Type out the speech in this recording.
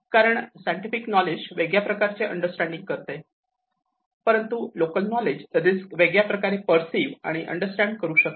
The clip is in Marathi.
कारण सायंटिफिक नॉलेज वेगळ्या प्रकारे अंडरस्टँडिंग करते परंतु लोकल नॉलेज रिस्क वेगळ्या प्रकारे परसीव्ह आणि अंडरस्टॅंड करू शकते